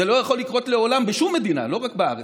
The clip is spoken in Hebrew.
זה לא יכול לקרות לעולם, בשום מדינה, לא רק בארץ.